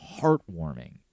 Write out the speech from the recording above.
heartwarming